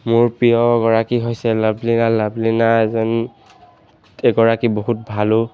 মোৰ প্ৰিয়গৰাকী হৈছে লাভলীনা লাভলীনা এজন এগৰাকী বহুত ভালো